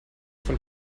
von